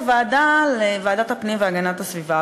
בוועדת הפנים והגנת הסביבה,